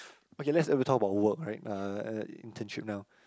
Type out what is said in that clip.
okay let's if you talk about work right uh uh internship now